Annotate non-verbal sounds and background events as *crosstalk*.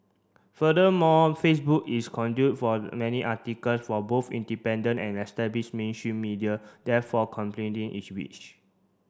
furthermore Facebook is conduit for many article from both independent and establish mainstream media therefore *unintelligible* its reach